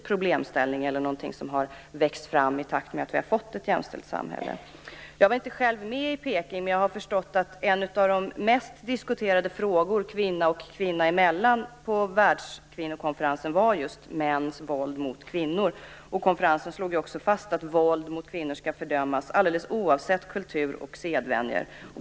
Den är ingenting som har växt fram i takt med att vi fått ett jämställt samhälle. Jag var inte själv med i Peking, men jag har förstått att en av de mest diskuterade frågorna kvinnor emellan på Världskvinnokonferensen var just mäns våld mot kvinnor. Konferensen slog också fast att våld mot kvinnor skall fördömas alldeles oavsett kultur och sedvänjor.